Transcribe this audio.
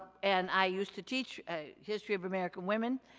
and i used to teach history of american women.